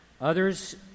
Others